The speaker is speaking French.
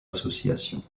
association